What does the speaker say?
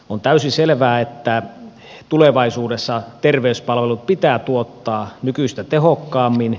on täysin selvää että tulevaisuudessa terveyspalvelut pitää tuottaa nykyistä tehokkaammin